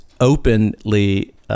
openly